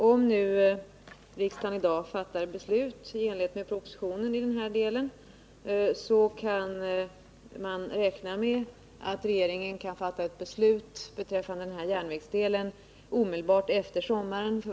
Om riksdagen i dag beslutar i enlighet med propositionen i den här delen, så kan man räkna med att regeringen kan fatta ett beslut beträffande denna järnvägsdel omedelbart efter sommaren.